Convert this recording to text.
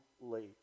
late